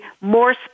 more